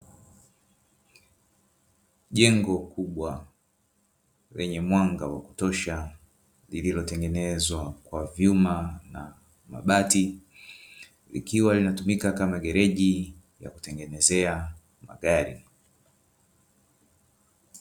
Jengo kubwa lenye mwanga wa kutosha lililotengenezwa kwa vyuma na mabati, likiwa linatumika kama gereji ya kutengenezea magari.